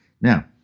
Now